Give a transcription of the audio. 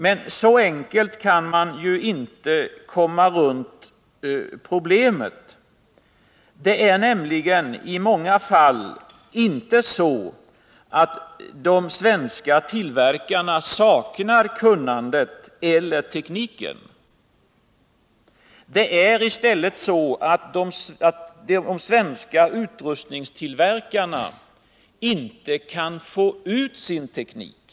Men så enkelt kan man inte komma runt problemet. Det är nämligen i många fall inte så att de svenska tillverkarna saknar kunnandet eller tekniken. Det är i stället så att de svenska utrustningstillverkarna inte kan få ut sin teknik.